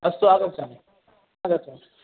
अस्तु आगच्छामि आगच्छामि